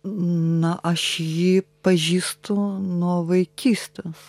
na aš jį pažįstu nuo vaikystės